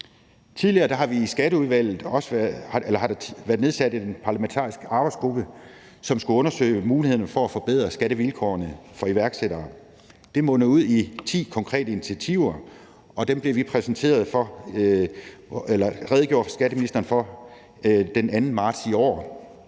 Tidligere har der i Skatteudvalget været nedsat en parlamentarisk arbejdsgruppe, som skulle undersøge mulighederne for at forbedre skattevilkårene for iværksættere. Det mundede ud i ti konkrete initiativer, og dem redegjorde skatteministeren for den 2. marts i år.